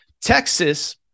Texas